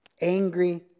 angry